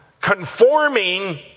Conforming